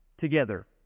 together